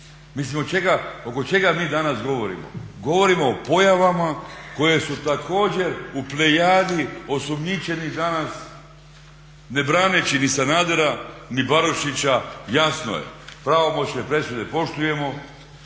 Mislim oko čega mi danas govorimo? Govorimo o pojavama koje su također u plejadi osumnjičenih danas ne braneći ni Sanadera, ni Barišića jasno je. Pravomoćne presude poštujemo,